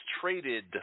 traded